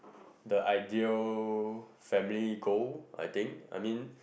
the ideal family goal I think I mean